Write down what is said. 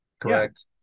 Correct